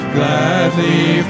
Gladly